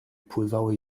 pływały